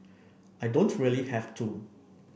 I don't really have to